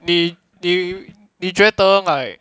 你 you 你觉得 like